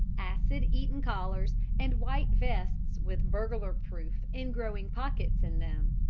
acid-eaten collars, and white vests with burglar-proof, ingrowing pockets in them.